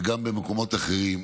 וגם במקומות אחרים.